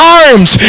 arms